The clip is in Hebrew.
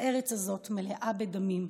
הארץ הזאת מלאה בדמים.